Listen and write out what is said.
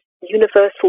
universal